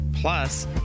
Plus